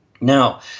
Now